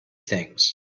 things